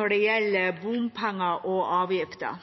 når det gjelder